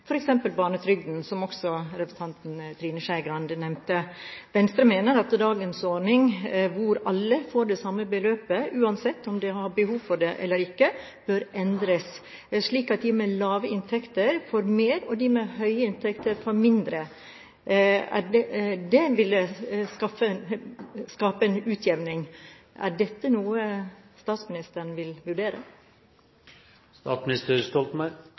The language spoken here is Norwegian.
barnetrygden, som også representanten Trine Skei Grande nevnte. Venstre mener at dagens ordning, der alle får det samme beløpet uansett om de har behov for det eller ikke, bør endres, slik at de med lave inntekter får mer, og de med høye inntekter får mindre. Det ville skapt en utjevning. Er dette noe statsministeren vil